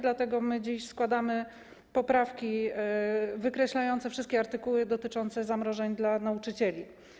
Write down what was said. Dlatego składamy dziś poprawki wykreślające wszystkie artykuły dotyczące zamrożeń dla nauczycieli.